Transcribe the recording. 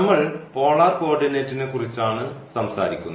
നമ്മൾ പോളാർ കോർഡിനേറ്റിനെക്കുറിച്ചാണ് സംസാരിക്കുന്നത്